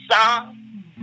song